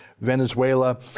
Venezuela